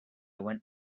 one